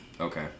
Okay